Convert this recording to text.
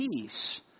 peace